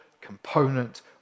component